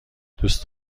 دوست